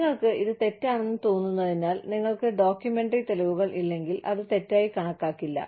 നിങ്ങൾക്ക് ഇത് തെറ്റാണെന്ന് തോന്നുന്നതിനാൽ നിങ്ങൾക്ക് ഡോക്യുമെന്ററി തെളിവുകൾ ഇല്ലെങ്കിൽ അത് തെറ്റായി കണക്കാക്കില്ല